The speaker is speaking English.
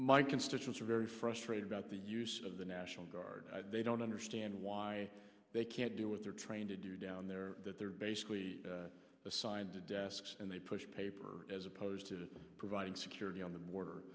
my constituents are very frustrated about the use of the national guard they don't understand why they can't do what they're trained to do down there that they're basically assigned to desk and they push paper as opposed to providing security on the border